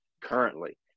currently